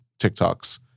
TikToks